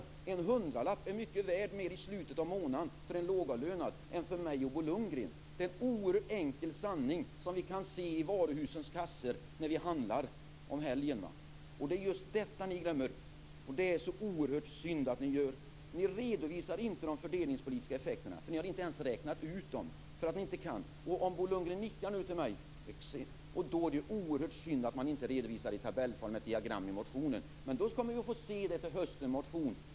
Men en hundralapp är värd mycket mer i slutet av månaden för en lågavlönad än för mig och Bo Lundgren. Det är en oerhört enkel sanning som vi kan se i varuhusens kassor när vi handlar på helgen. Det är just detta som ni glömmer. Det är oerhört synd att ni gör det. Ni redovisar inte de fördelningspolitiska effekterna. Ni har inte ens räknat ut dem, eftersom ni inte kan. Bo Lundgren nickar nu till mig. Om man har gjort detta är det oerhört synd att det inte redovisas i tabellform och i diagram i motionen. Men då kan man ju få se detta till hösten i en motion.